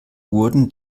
wurden